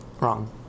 Wrong